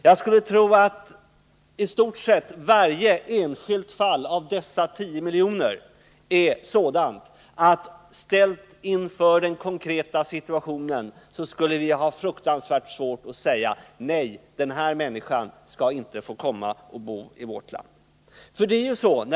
Jag tror att i stort sett varje enskilt fall när det gäller dessa 10 miljoner är sådant att vi, ställda inför den konkreta situationen, skulle ha fruktansvärt svårt att säga: Nej, den här människan skall inte få bo i vårt land.